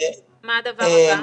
מה הדבר הבא?